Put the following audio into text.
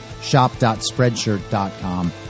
Shop.Spreadshirt.com